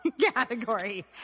category